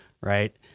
Right